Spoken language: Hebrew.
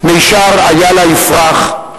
מישר איילה יפרח,